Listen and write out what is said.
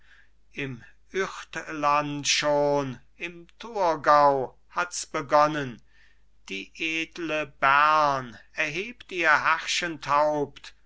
im üchtland schon im thurgau hat's begonnen die edle bern erhebt ihr